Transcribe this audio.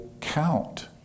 count